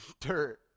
dirt